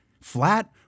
Flat